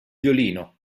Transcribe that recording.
violino